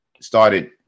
started